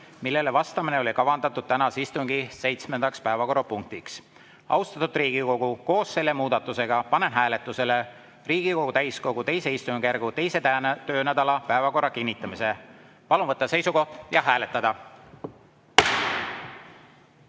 millele vastamine oli kavandatud tänase istungi seitsmendaks päevakorrapunktiks. Austatud Riigikogu, koos selle muudatusega panen hääletusele Riigikogu täiskogu II istungjärgu 2. töönädala päevakorra kinnitamise. Palun võtta seisukoht ja hääletada!